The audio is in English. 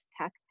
tech